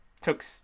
took